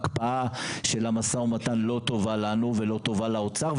הקפאה של המשא ומתן לא טובה לנו ולא טובה לאוצר,